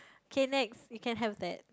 okay next you can have that